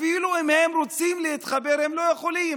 אפילו אם הם רוצים להתחבר הם לא יכולים.